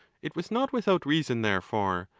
it was not without reason, therefore,